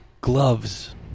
gloves